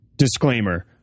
Disclaimer